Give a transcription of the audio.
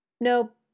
Nope